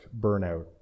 burnout